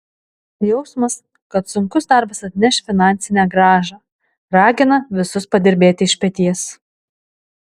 jausmas kad sunkus darbas atneš finansinę grąžą ragina visus padirbėti iš peties